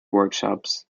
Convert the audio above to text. workshops